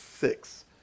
six